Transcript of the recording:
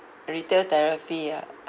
retail therapy ah